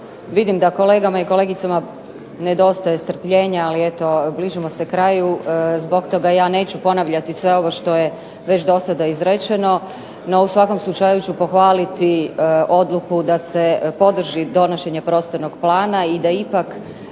Vidim da kolegama i kolegicama nedostaje strpljenja ali eto bližimo se kraju, zbog toga ja neću ponavljati sve ovo što je već do sada izrečeno. No, u svakom slučaju ću pohvaliti odluku da se podrži donošenje prostornog plana i da ipak